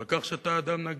על כך שאתה אדם נגיש.